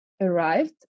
arrived